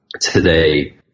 today